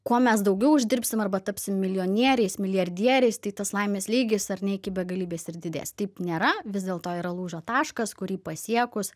kuo mes daugiau uždirbsim arba tapsim milijonieriais milijardieriais tai tas laimės lygis ar ne iki begalybės ir didės taip nėra vis dėlto yra lūžio taškas kurį pasiekus